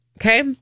Okay